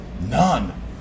None